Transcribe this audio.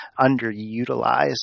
underutilized